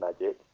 magic